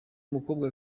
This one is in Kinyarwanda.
mukobwa